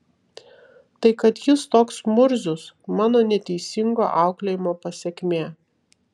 tai kad jis toks murzius mano neteisingo auklėjimo pasekmė